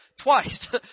twice